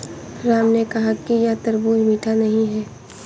राम ने कहा कि यह तरबूज़ मीठा नहीं है